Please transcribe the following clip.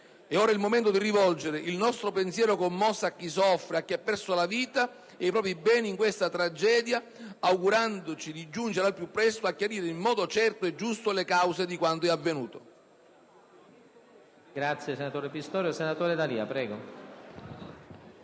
ora il momento di rivolgere il nostro pensiero commosso a chi soffre, a chi ha perso la vita e i propri beni in questa tragedia, augurandoci di giungere al più presto a chiarire in modo certo e giusto le cause di quanto è avvenuto.